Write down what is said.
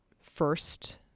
first